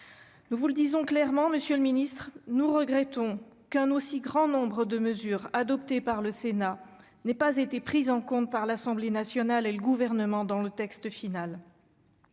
Nous vous le disons clairement, monsieur le ministre : nous regrettons qu'un aussi grand nombre de mesures adoptées par le Sénat n'aient pas été prises en compte par l'Assemblée nationale et le Gouvernement dans la version finale.